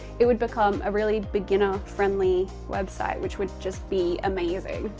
it would become a really beginner friendly website, which would just be amazing.